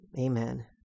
Amen